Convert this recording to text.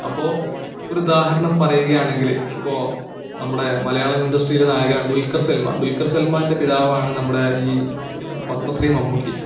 അപ്പോൾ ഒരു ഉദാഹരണം പറയുകയാണെങ്കിൽ ഇപ്പോൾ നമ്മുടെ മലയാളം ഇൻഡസ്ട്രിയിലെ നായകനാണ് ദുൽഖർ സൽമാൻ ദുൽഖർ സൽമാൻ്റെ പിതാവാണ് നമ്മുടെ ഈ പത്മശ്രീ മമ്മൂട്ടി